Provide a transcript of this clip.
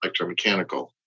Electromechanical